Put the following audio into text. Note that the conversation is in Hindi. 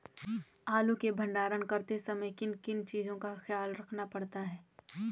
आलू के भंडारण करते समय किन किन चीज़ों का ख्याल रखना पड़ता है?